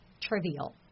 trivial